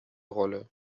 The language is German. rolle